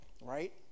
right